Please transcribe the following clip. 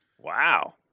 Wow